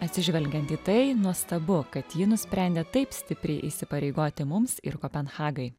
atsižvelgiant į tai nuostabu kad ji nusprendė taip stipriai įsipareigoti mums ir kopenhagai